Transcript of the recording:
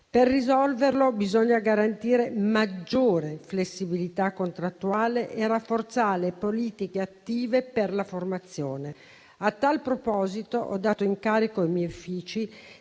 Per risolverlo bisogna garantire maggiore flessibilità contrattuale e rafforzare politiche attive per la formazione. A tal proposito, ho dato incarico ai miei uffici